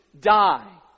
die